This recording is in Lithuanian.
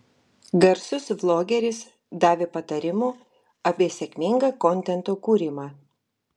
garsus vlogeris davė patarimų apie sėkmingą kontento kūrimą